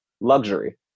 luxury